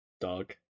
Dog